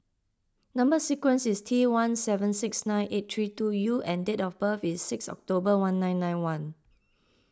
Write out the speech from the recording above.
Number Sequence is T one seven six nine eight three two U and date of birth is six October one nine nine one